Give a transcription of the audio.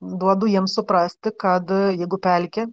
duodu jiems suprasti kad jeigu pelkė